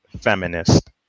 feminist